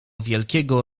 wielkiego